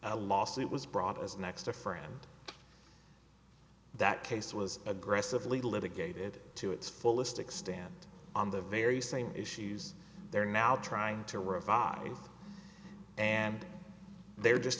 a lawsuit was brought as a next to a friend that case was aggressively litigated to its fullest extent on the very same issues they're now trying to revive it and they were just